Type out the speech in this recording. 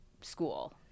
school